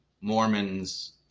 Mormons